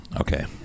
Okay